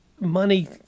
Money